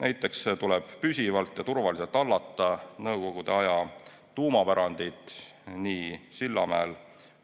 Näiteks tuleb püsivalt ja turvaliselt hallata Nõukogude aja tuumapärandit nii Sillamäel